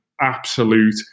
absolute